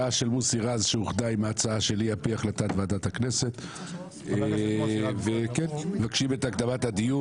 בקשת יושבת ראש ועדת הבריאות להקדמת הדיון